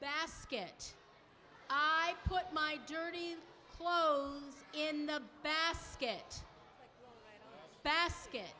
basket i put my dirty clothes in the basket basket